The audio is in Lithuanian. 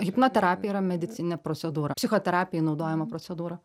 hipnoterapija yra medicininė procedūra psichoterapijai naudojama procedūra